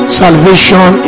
salvation